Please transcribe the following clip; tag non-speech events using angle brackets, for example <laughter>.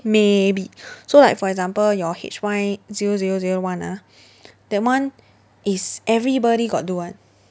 maybe <breath> so like for example your H_Y zero zero zero one ah <breath> that one is everybody got do [one]